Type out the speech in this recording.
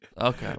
Okay